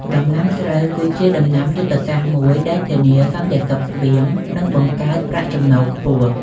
ដំណាំស្រូវគឺជាដំណាំយុទ្ធសាស្ត្រមួយដែលធានាសន្តិសុខស្បៀងនិងបង្កើតប្រាក់ចំណូលខ្ពស់។